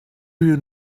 you